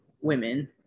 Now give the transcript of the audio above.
women